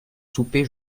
soupé